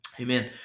Amen